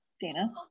Dana